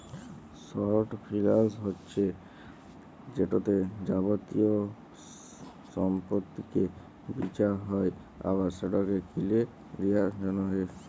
short ফিলালস হছে যেটতে যাবতীয় সম্পত্তিকে বিঁচা হ্যয় আবার সেটকে কিলে লিঁয়ার জ্যনহে